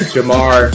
Jamar